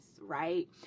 right